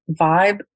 vibe